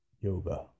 Yoga